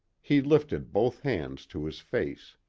he lifted both hands to his face.